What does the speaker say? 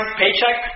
paycheck